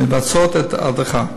מבצעות את ההדרכה,